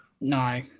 No